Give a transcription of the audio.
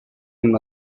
him